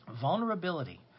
Vulnerability